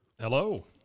Hello